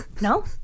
No